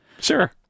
sure